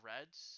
Reds